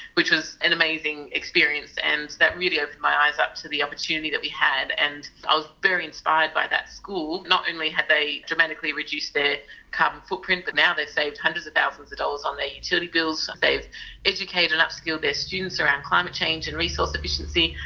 which was an amazing experience and that really opened my eyes up to the opportunity that we had. and i was very inspired by that school. not only had they dramatically reduced their carbon footprint but now they've saved hundreds of thousands of dollars on their utility bills, they've educated and upskilled their students around climate change and resource efficiency.